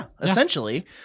essentially